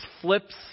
flips